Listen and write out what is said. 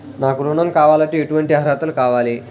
నాకు ఋణం కావాలంటే ఏటువంటి అర్హతలు కావాలి?